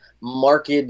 marked